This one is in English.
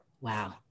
wow